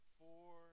four